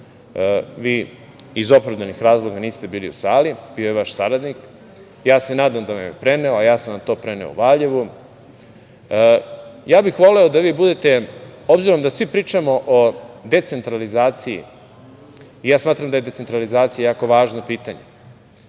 vi iz opravdanih razloga niste bili u sali, bio je vaš saradnik, ja se nadam da vam je preneo, a ja sam to preneo Valjevu, ja bih voleo da vi budete, obzirom da svi pričamo o decentralizaciji i ja smatram da je decentralizacija jako važno pitanje,